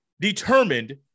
determined